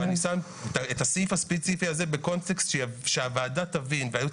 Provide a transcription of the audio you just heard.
אבל אני שם את הסעיף הספציפי הזה בקונטקסט שהוועדה תבין והיועץ